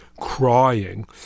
crying